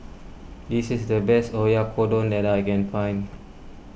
this is the best Oyakodon that I can find